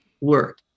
work